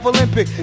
Olympic